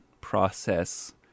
process